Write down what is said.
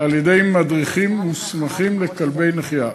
על-ידי מדריכים מוסמכים לכלבי נחייה.